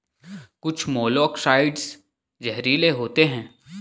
कुछ मोलॉक्साइड्स जहरीले होते हैं